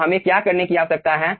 तो हमें क्या करने की आवश्यकता है